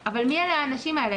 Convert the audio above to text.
אבל מי האנשים האלה?